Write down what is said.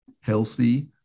healthy